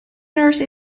nurse